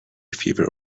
fever